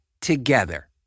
together